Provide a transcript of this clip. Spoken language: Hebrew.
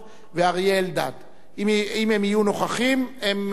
אם הם יהיו נוכחים, הם יקבלו רשות דיבור.